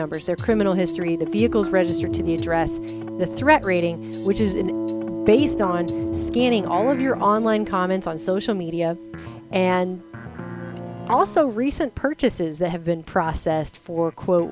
numbers their criminal history the vehicles registered to the address the threat rating which is based on scanning all of your online comments on social media and also recent purchases that have been processed for quote